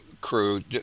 crew